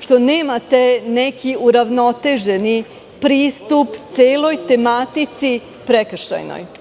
što nemate neki uravnoteženi pristup celoj tematici prekršajnoj.